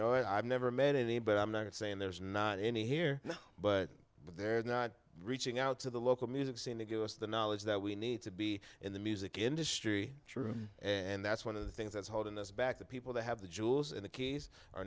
know i've never met any but i'm not saying there's not any here but they're not reaching out to the local music scene to give us the knowledge that we need to be in the music industry true and that's one of the things that's holding us back the people that have the tools and the keys are